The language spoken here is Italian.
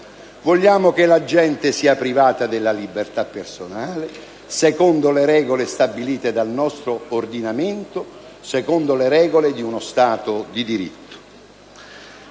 vogliamo che la gente sia privata della libertà personale secondo le regole stabilite dal nostro ordinamento, secondo le regole di uno Stato di diritto.